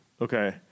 okay